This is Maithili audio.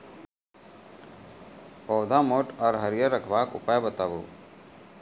पौधा मोट आर हरियर रखबाक उपाय बताऊ?